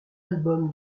album